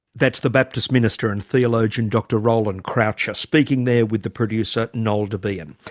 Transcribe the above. that's the baptist minister and theologian dr roland croucher speaking there with the producer noel debien.